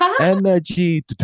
energy